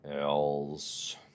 else